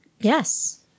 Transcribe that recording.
Yes